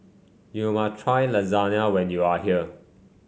you must try Lasagne when you are here